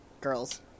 Girls